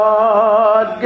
God